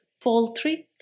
poultry